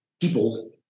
people